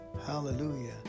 Hallelujah